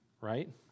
right